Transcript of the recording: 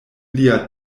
lia